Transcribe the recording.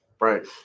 Right